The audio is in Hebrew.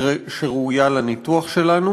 היא שראויה לניתוח שלנו